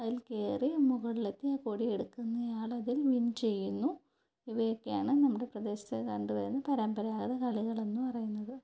അതിൽ കയറി മുകളിലേക്ക് കൊടിയെടുക്കുന്ന ആളതിൽ വിൻ ചെയ്യുന്നു ഇവയൊക്കെയാണ് നമ്മുടെ പ്രദേശത്ത് കണ്ടുവരുന്ന പരമ്പരാഗതകളികളെന്ന് പറയുന്നത്